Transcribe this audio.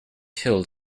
healed